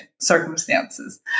circumstances